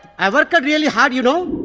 i worked really hard. you know